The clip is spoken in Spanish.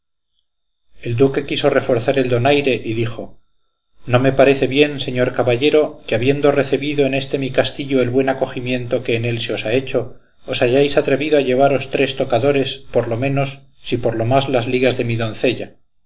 el duque quiso reforzar el donaire y dijo no me parece bien señor caballero que habiendo recebido en este mi castillo el buen acogimiento que en él se os ha hecho os hayáis atrevido a llevaros tres tocadores por lo menos si por lo más las ligas de mi doncella